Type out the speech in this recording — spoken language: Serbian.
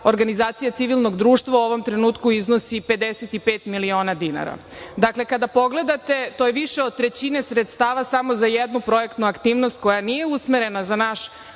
organizacije civilnog društva u ovom trenutku iznosi 55 miliona dinara. Dakle, kada pogledate, to je više od trećine sredstava samo za jednu projektnu aktivnost koja nije usmerena za naš